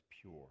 pure